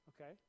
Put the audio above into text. Okay